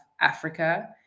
Africa